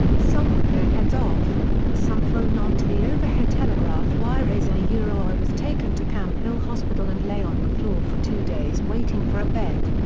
some with their heads off, and some thrown onto the overhead telegraph wires, and ah i was taken to camp hill hospital and lay on the floor for two days waiting for a bed.